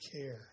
care